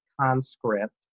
conscript